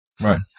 Right